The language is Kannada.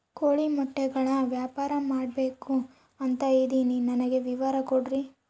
ಕೋಳಿ ಮೊಟ್ಟೆಗಳ ವ್ಯಾಪಾರ ಮಾಡ್ಬೇಕು ಅಂತ ಇದಿನಿ ನನಗೆ ವಿವರ ಕೊಡ್ರಿ?